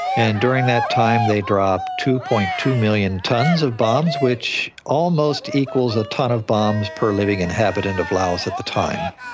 and during that time they dropped two. two million tonnes of bombs which almost equals a tonne of bombs per living inhabitant of laos at the time.